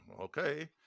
okay